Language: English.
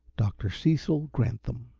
dr. cecil granthum.